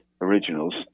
originals